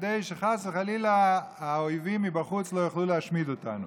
כדי שחס וחלילה האויבים מבחוץ לא יוכלו להשמיד אותנו.